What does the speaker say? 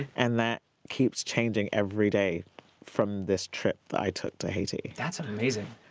and that keeps changing every day from this trip i took to haiti that's amazing.